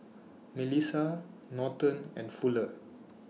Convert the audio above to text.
Milissa Norton and Fuller